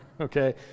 Okay